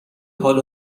حال